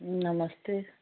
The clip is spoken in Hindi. नमस्ते